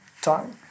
time